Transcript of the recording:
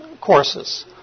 courses